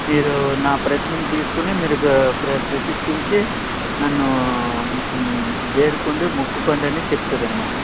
మీరు నా ప్రతిమను తీసుకుని మీరు ప్ర ప్ర ప్రతిష్టించి నన్ను వేడుకోండి మొక్కుకోండి అని చెప్తుంది అన్నమాట